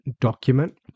document